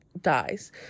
Dies